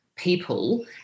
people